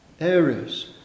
areas